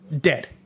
dead